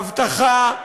אבטחה,